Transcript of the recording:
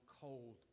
cold